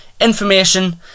information